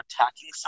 attacking